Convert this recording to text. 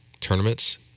tournaments